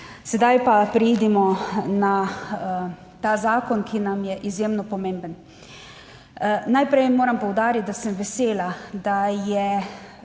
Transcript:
Sedaj pa preidimo na ta zakon, ki nam je izjemno pomemben. Najprej moram poudariti, da sem vesela, da je